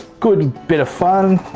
good bit of fun.